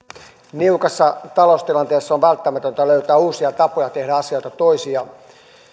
niukassa taloustilanteessa on välttämätöntä löytää uusia tapoja tehdä asioita toisin